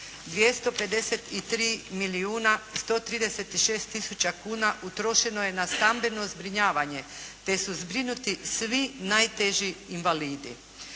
253 milijuna 136 tisuća kuna utrošeno je na stambeno zbrinjavanje te su zbrinuti svi najteži invalidi.